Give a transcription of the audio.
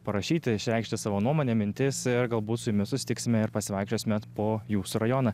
parašyti išreikšti savo nuomonę mintis ir galbūt su jumis susitiksime ir pasivaikščiosime po jūsų rajoną